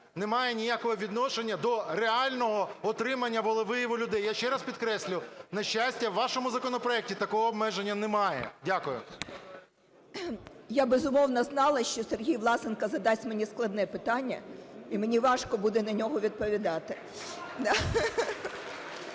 не має ніякого відношення до реального отримання волевияву людей? Я ще раз підкреслю, на щастя, у вашому законопроекті такого обмеження немає. Дякую. 13:35:50 ТИМОШЕНКО Ю.В. Я, безумовно, знала, що Сергій Власенко задасть мені складне питання, і мені важко буде на нього відповідати. Я